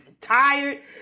tired